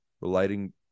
relating